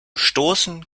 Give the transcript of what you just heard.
stoßen